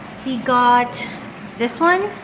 he got this one.